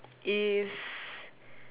is